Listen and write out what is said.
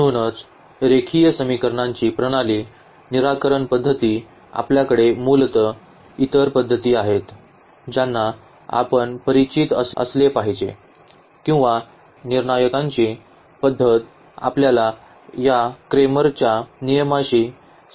म्हणूनच रेखीय समीकरणांची प्रणाली निराकरण पद्धती आपल्याकडे मूलत इतर पद्धती आहेत ज्याना आपण परिचित असले पाहिजे किंवा निर्णायकांची पद्धत आपल्याला या क्रेमरच्या Cramer's नियमाशी संबोधले पाहिजे